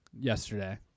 yesterday